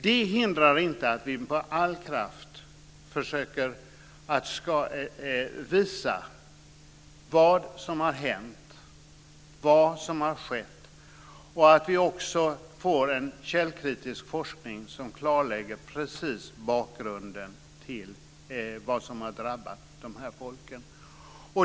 Det hindrar inte att vi med all kraft försöker visa vad som har skett och att vi också får en källkritisk forskning som klarlägger bakgrunden till det som har drabbat de här folken.